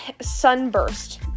sunburst